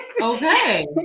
Okay